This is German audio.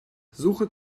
suche